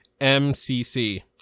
MCC